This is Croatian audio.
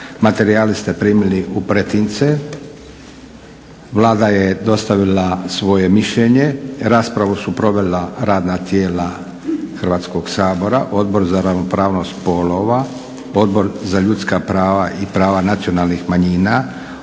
Materijale ste primili u pretince. Vlada je dostavila svoje mišljenje. Raspravu su provela radna tijela Hrvatskog sabora, Odbor za ravnopravnost spolova, Odbor za ljudska prava i prava nacionalnih manjina,